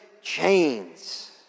chains